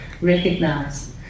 recognize